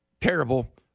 terrible